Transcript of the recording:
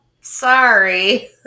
sorry